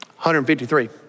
153